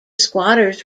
squatters